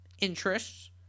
interests